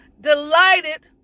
delighted